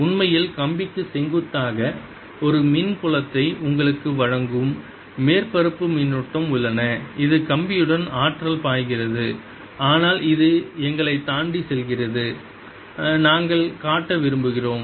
உண்மையில் கம்பிக்கு செங்குத்தாக ஒரு மின் புலத்தை உங்களுக்கு வழங்கும் மேற்பரப்பு மின்னூட்டம் உள்ளன இது கம்பியுடன் ஆற்றல் பாய்கிறது ஆனால் அது எங்களைத் தாண்டி செல்கிறது நாங்கள் காட்ட விரும்புகிறோம்